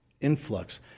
influx